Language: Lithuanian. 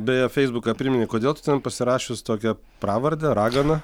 beje feisbuką priminei kodėl tu ten pasirašius tokią pravardę ragana